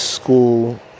school